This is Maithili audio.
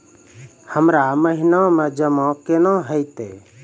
हमरा महिना मे जमा केना हेतै?